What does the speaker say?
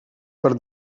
per